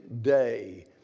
day